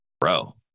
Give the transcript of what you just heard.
bro